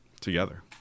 together